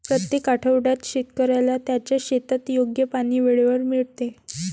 प्रत्येक आठवड्यात शेतकऱ्याला त्याच्या शेतात योग्य पाणी वेळेवर मिळते